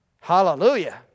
Hallelujah